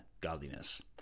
godliness